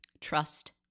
trust